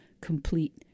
complete